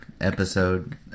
episode